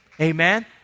Amen